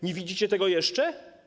Nie widzicie tego jeszcze?